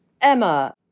Emma